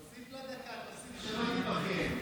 תוסיף לה דקה, תוסיף, שלא תתבכיין.